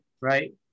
right